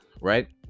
right